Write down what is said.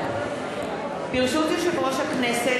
ברשות יושב-ראש הכנסת,